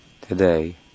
Today